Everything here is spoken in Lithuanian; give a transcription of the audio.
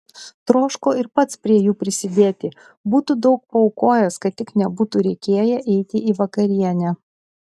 troško ir pats prie jų prisidėti būtų daug paaukojęs kad tik nebūtų reikėję eiti į vakarienę